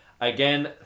Again